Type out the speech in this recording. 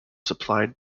supplied